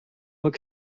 what